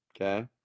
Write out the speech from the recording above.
Okay